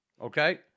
okay